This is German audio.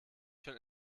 schon